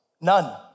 none